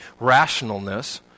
rationalness